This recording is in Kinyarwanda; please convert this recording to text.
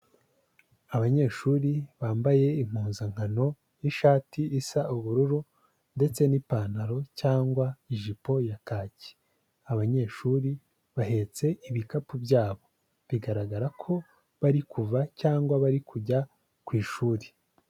Abanyeshuri bambaye impuzankano y'ishati isa ubururu ndetse n'ipantaro cyangwa ijipo ya kake, abanyeshuri bahetse ibikapu byabo bigaragara ko bari kuva cyangwa bari kujya ku ishuri.